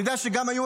אני יודע שגם היו,